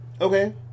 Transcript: Okay